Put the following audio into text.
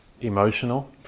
emotional